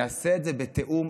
נעשה את זה בתיאום,